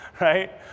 right